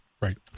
Right